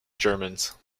germans